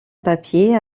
papier